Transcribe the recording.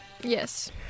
Yes